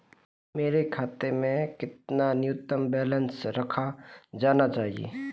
मेरे खाते में कितना न्यूनतम बैलेंस रखा जाना चाहिए?